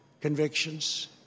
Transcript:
convictions